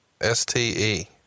S-T-E